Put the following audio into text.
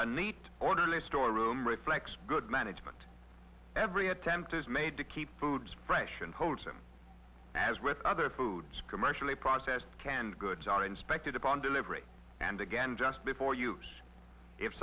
a neat orderly storeroom reflects good management every attempt is made to keep foods fresh and wholesome as with other foods commercially processed canned goods are inspected upon delivery and again just before